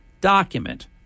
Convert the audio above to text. document